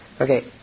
Okay